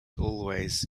always